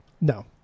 No